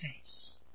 face